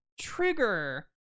Trigger